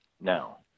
now